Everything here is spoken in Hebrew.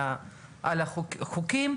על החוקים,